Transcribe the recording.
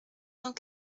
cent